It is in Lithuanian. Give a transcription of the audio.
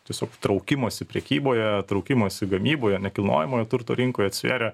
tiesiog traukimąsi prekyboje traukimąsi gamyboje nekilnojamojo turto rinkoje atsvėrė